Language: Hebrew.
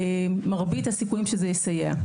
מרבית הסיכויים שזה יסייע,